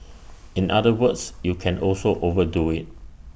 in other words you can also overdo IT